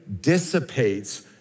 dissipates